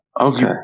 Okay